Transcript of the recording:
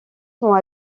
sont